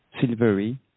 silvery